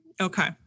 Okay